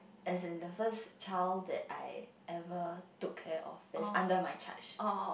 as in the first child that I ever took care of that is under my charge